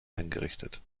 eingerichtet